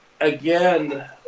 again